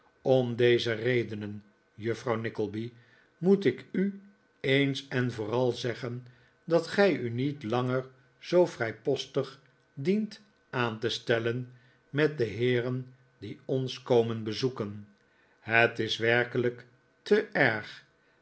om deze redenen juffrouw nickleby moet ik u eens en vooral zeggeh dat gij u niet langer zoo vrijpostig dient aan te stellen met de heeren die ons komen bezoeken het is werkelijk te erg